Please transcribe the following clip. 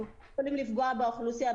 אנחנו יכולים לפגוע באוכלוסייה,